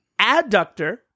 Adductor